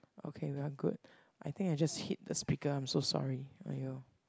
okay we're good I think I just hit the speaker I'm so sorry !aiyo!